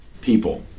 people